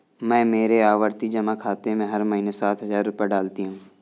मैं मेरे आवर्ती जमा खाते में हर महीने सात हजार रुपए डालती हूँ